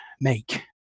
make